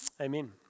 amen